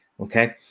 Okay